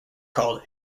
called